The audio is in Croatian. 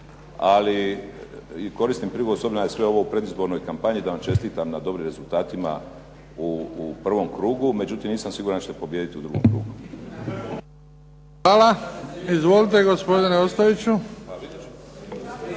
Ali koristim prigodu s obzirom da je sve ovo u predizbornoj kampanji da vam čestitam na dobrim rezultatima u prvom krugu, međutim nisam siguran da ćete pobijediti u drugom krugu. **Bebić, Luka (HDZ)** Hvala. Izvolite gospodine Ostojiću.